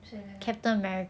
谁来的